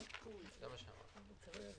אתם אמורים להעביר